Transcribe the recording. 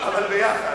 אבל ביחד.